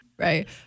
Right